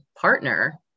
partner